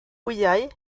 wyau